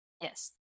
Yes